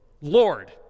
Lord